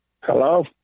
Hello